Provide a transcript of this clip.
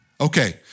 Okay